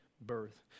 birth